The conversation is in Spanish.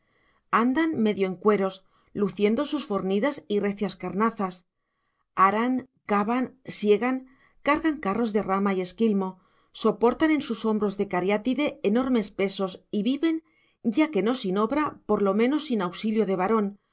andan medio en cueros luciendo sus fornidas y recias carnazas aran cavan siegan cargan carros de rama y esquilmo soportan en sus hombros de cariátide enormes pesos y viven ya que no sin obra por lo menos sin auxilio de varón